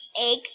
egg